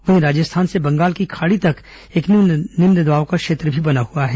वहीं राजस्थान से बंगाल की खाड़ी तक एक निम्न दबाव का क्षेत्र भी बना हुआ है